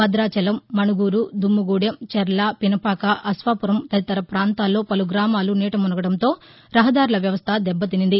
భదాచలం మణుగూరు దుమ్ముగూడెం చర్ల పినపాక అశ్వాపురం తదితర పాంతాల్లో పలు గ్రామాలు నీటమునగడంతో రహదార్ల వ్యవస్థ దెబ్బతింది